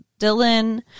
Dylan